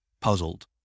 puzzled